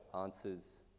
answers